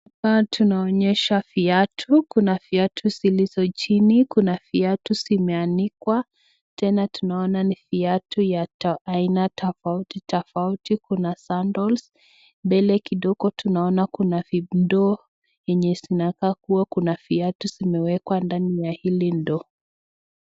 Hapa tunaonyeshwa viatu kuna viatu zilizo chini, viatu zimeanikwa tena tunaona viatu tofauti tofauti, kuna sandols mbele kidogo, kuna ndoo lenye linaonekana kuna viatu ndani ya hili ndoo.